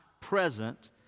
present